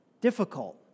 difficult